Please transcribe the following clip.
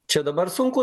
čia dabar sunku